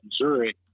Missouri